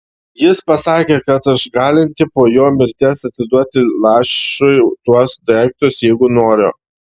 jis pasakė kad aš galinti po jo mirties atiduoti lašui tuos daiktus jeigu noriu